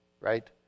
right